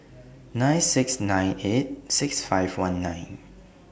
nine six nine eight six five one nine